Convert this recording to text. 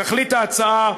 תכלית ההצעה,